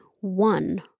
one